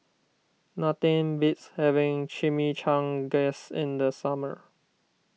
nothing beats having Chimichangas in the summer